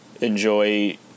enjoy